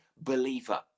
believer